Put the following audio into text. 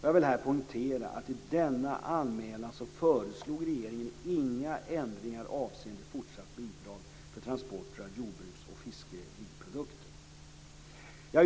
Jag vill här poängtera att i denna anmälan föreslog regeringen inga ändringar avseende fortsatt bidrag för transporter av jordbruks och fiskeriprodukter.